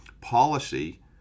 policy